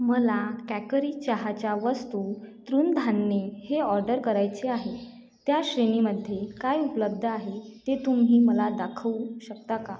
मला कॅकरी चहाच्या वस्तू तृणधान्ये हे ऑडर करायचे आहे त्या श्रेणीमध्ये काय उपलब्ध आहे ते तुम्ही मला दाखवू शकता का